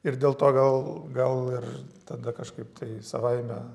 ir dėl to gal gal ir tada kažkaip tai savaime